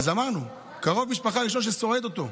אז אמרנו, קרוב משפחה ראשון שסועד אותו.